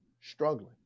struggling